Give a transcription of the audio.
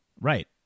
Right